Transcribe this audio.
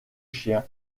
chien